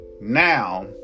Now